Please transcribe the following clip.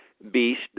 beast